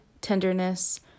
tenderness